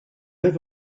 have